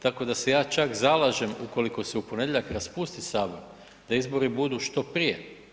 Tako da se ja čak zalažem, ukoliko se u ponedjeljak raspusti Sabor, da izbori budu što prije.